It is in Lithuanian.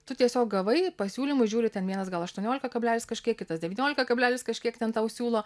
tu tiesiog gavai pasiūlymų žiūri ten vienas gal aštuoniolika kablelis kažkiek kitas devyniolika kablelis kažkiek ten tau siūlo